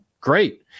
great